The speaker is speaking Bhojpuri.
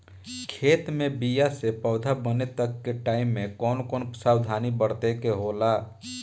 खेत मे बीया से पौधा बने तक के टाइम मे कौन कौन सावधानी बरते के होला?